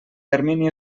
termini